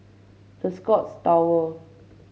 The Scotts Tower